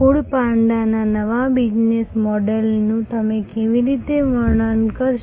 food પાન્ડાના નવા business મોડલનું તમે કેવી રીતે વર્ણન કરશો